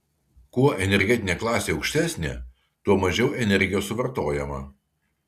kuo energetinė klasė aukštesnė tuo mažiau energijos suvartojama